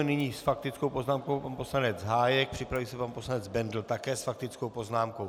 Nyní s faktickou poznámkou pan poslanec Hájek, připraví se pan poslanec Bendl, také s faktickou poznámkou.